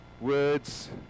words